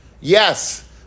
Yes